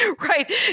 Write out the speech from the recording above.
right